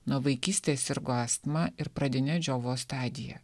nuo vaikystės sirgo astma ir pradine džiovos stadija